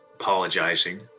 apologizing